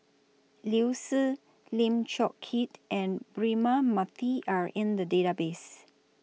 Liu Si Lim Chong Keat and Braema Mathi Are in The Database